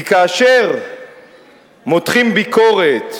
כי כאשר מותחים ביקורת,